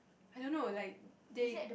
I don't like they